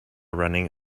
running